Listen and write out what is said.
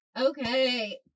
okay